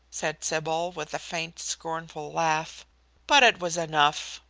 said sybil, with a faint, scornful laugh but it was enough.